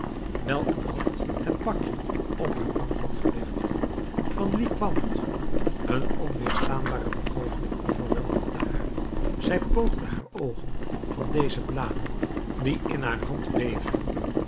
wijl een hand het pakje op haar bank had gelegd van wien kwam het een onweerstaanbare begoocheling overweldigde haar zij poogde haar oogen van deze bladen die in haar hand beefden